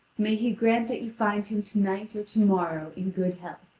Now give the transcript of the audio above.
may he grant that you find him to-night or to-morrow in good health.